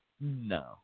No